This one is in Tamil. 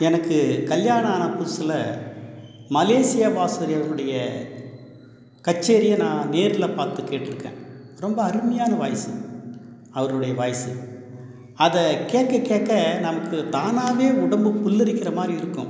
எனக்கு கல்யாணம் ஆன புதுசில் மலேசியா வாசுதேவனுடைய கச்சேரியை நான் நேரில் பார்த்து கேட்டிருக்கேன் ரொம்ப அருமையான வாய்ஸ் அவருடைய வாய்ஸு அதை கேட்க கேட்க நமக்கு தானாகவே உடம்பு புல்லரிக்கிற மாதிரி இருக்கும்